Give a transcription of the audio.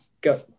go